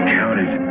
counted